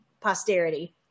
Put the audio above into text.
posterity